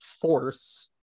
force